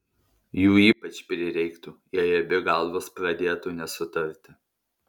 jų ypač prireiktų jei abi galvos pradėtų nesutarti